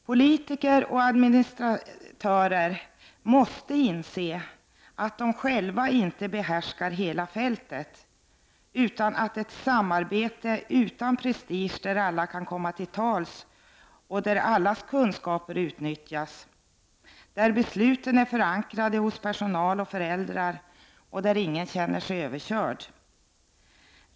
Politiker och administratörer måste inse att de själva inte behärskar hela fältet utan att det behövs ett samarbete utan prestige där alla kan komma till tals, där allas kunskaper utnyttjas, där besluten är förankrade hos personal och föräldrar och där ingen känner sig överkörd.